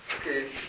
Okay